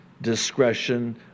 discretion